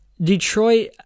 Detroit